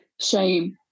shame